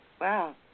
Wow